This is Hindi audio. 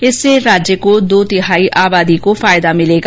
इससे राज्य की दो तिहाई आबादी को फायदा मिलेगा